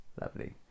Lovely